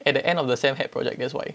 at the end of the sem had project that's why